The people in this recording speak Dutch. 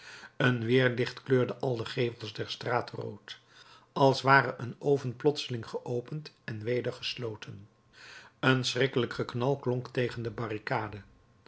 een weerlicht kleurde al de gevels der straat rood als ware een oven plotseling geopend en weder gesloten een schrikkelijk geknal klonk tegen de barricade